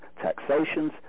taxations